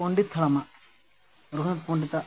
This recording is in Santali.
ᱯᱚᱱᱰᱤᱛ ᱦᱟᱲᱟᱢᱟᱜ ᱨᱚᱜᱷᱩᱱᱟᱛᱷ ᱯᱚᱱᱰᱤᱛᱟᱜ